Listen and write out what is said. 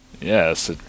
Yes